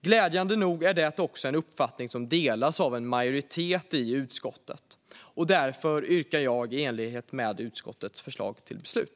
Glädjande nog är det också en uppfattning som delas av en majoritet i utskottet. Därför yrkar jag bifall till utskottets förslag till beslut.